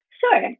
Sure